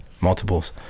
multiples